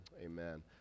amen